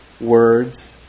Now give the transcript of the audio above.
words